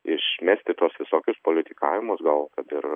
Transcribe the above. išmesti tuos visokius politikavimus gal kada ir